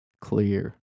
clear